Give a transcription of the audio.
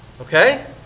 Okay